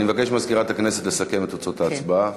אני מבקש ממזכירת הכנסת לסכם את תוצאות ההצבעה.